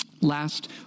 last